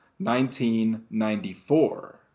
1994